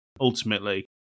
Ultimately